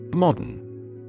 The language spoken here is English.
Modern